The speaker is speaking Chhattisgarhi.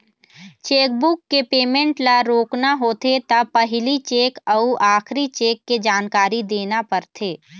चेकबूक के पेमेंट ल रोकना होथे त पहिली चेक अउ आखरी चेक के जानकारी देना परथे